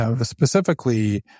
specifically